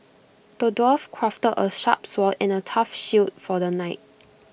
the dwarf crafted A sharp sword and A tough shield for the knight